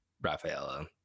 Rafaela